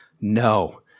No